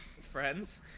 Friends